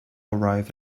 arrive